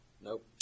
Nope